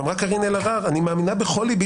אמרה קארין אלהרר: אני מאמינה בכל לבי